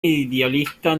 idealista